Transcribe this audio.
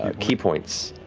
ah ki points.